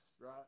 right